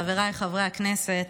חבריי חברי הכנסת,